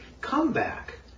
comeback